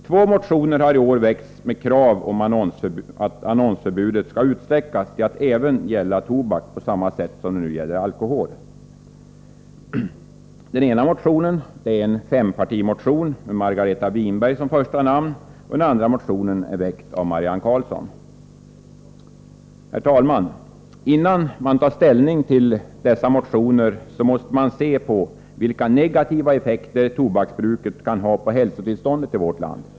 Två motioner har i år väckts med krav om att annonsförbudet skall utsträckas till att gälla även tobak, på samma sätt som det nu gäller alkohol. Den ena motionen är en fempartimotion med Margareta Winberg som första namn, och den andra motionen är väckt av Marianne Karlsson. Herr talman! Innan man tar ställning till dessa motioner måste man se på vilka negativa effekter tobaksbruket kan ha på hälsotillståndet i vårt land.